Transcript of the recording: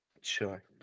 sure